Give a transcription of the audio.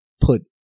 put